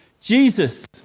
Jesus